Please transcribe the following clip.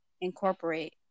incorporate